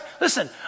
listen